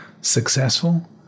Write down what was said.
successful